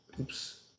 Oops